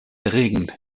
erregend